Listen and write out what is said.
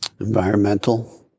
environmental